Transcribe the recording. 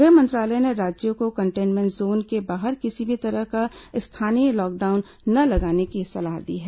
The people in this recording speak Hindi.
गृह मंत्रालय ने राज्यों को कंटेनमेंट जोन के बाहर किसी भी तरह का स्थानीय लॉकडाउन न लगाने की सलाह दी है